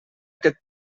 aquest